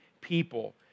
people